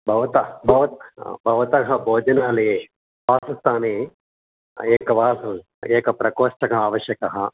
भवतः भवत् भवतः भोजनालये पाकस्थाने एकः वास् एकप्रकोष्ठकः आवश्यकः